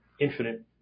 Infinite